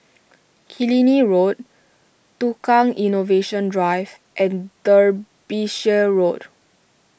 Killiney Road Tukang Innovation Drive and Derbyshire Road